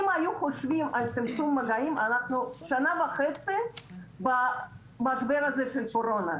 אם היו חושבים על צמצום מגעים אנחנו שנה וחצי במשבר הזה של הקורונה,